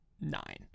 nine